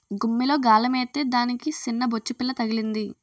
గుమ్మిలో గాలమేత్తే దానికి సిన్నబొచ్చుపిల్ల తగిలింది